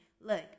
look